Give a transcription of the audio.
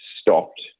stopped